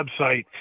website